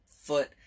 foot